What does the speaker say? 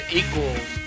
equals